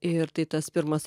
ir tai tas pirmas